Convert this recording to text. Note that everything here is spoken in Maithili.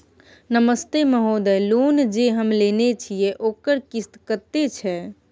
नमस्ते महोदय, लोन जे हम लेने छिये ओकर किस्त कत्ते छै?